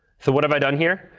so what have i done here?